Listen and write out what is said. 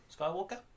Skywalker